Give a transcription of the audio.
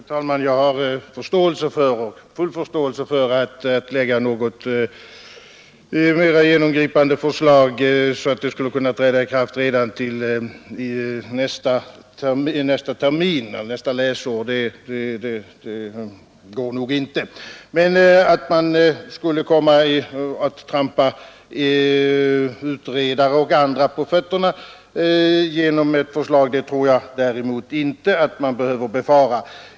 Herr talman! Jag har full förståelse för att det nog inte går att lägga fram något mera genomgripande förslag så att det skulle kunna träda i kraft redan till nästa läsår. Men att man skulle komma att trampa utredare och andra på fötterna genom ett förslag tror jag däremot inte att man behöver befara.